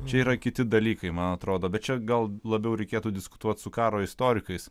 čia yra kiti dalykai man atrodo bet čia gal labiau reikėtų diskutuoti su karo istorikais